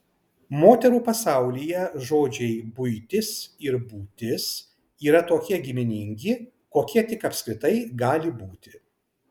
moterų pasaulyje žodžiai buitis ir būtis yra tokie giminingi kokie tik apskritai gali būti